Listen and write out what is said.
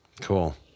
Cool